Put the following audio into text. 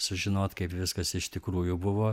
sužinot kaip viskas iš tikrųjų buvo